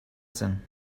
cang